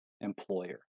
employer